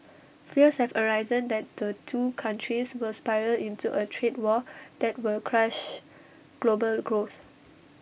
fears have arisen that the two countries will spiral into A trade war that will crush global growth